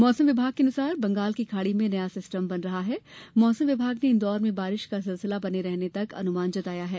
मौसम विभाग के अनुसार बंगाल की खाड़ी में नया सिस्टम बन रहा है मौसम विभाग ने इन्दौर में बारिश का सिलसिला बने रहने का अनुमान जताया है